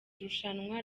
rushanwa